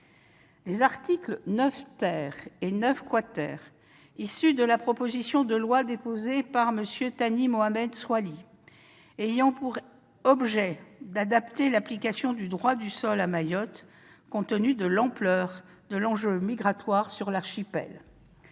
des articles 9 et 9 issus de la proposition de loi déposée par M. Thani Mohamed Soilihi, qui a pour objet d'adapter l'application du droit du sol à Mayotte, compte tenu de l'ampleur de l'enjeu migratoire dans l'archipel.